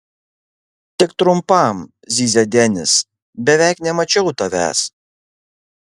tik trumpam zyzia denis beveik nemačiau tavęs